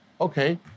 Okay